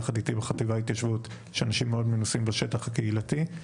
יחד איתי בחטיבה להתיישבות יש אנשים שמאוד מנוסים בשטח הקהילתי,